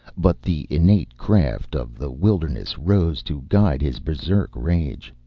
but the innate craft of the wilderness rose to guide his berserk rage.